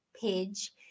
page